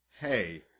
hey